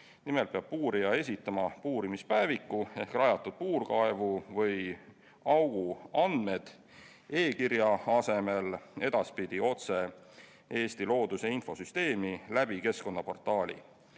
Nimelt peab puurija esitama puurimispäeviku ehk rajatud puurkaevu või -augu andmed e-kirja asemel edaspidi otse Eesti looduse infosüsteemi läbi keskkonnaportaali.